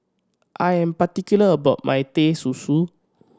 I am particular about my Teh Susu